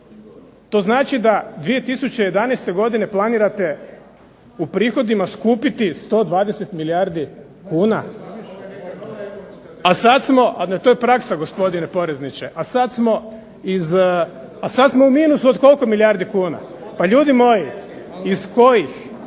To znači da 2011. godine planirate u prihodima skupiti 120 milijardi kuna? … /Govornici govore u glas, ne razumije se./… A sad smo, to je praksa gospodine porezniče, a sad smo u minusu od koliko milijardi kuna. Pa ljudi moji, iz kojih,